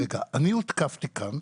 אני הותקפתי כאן.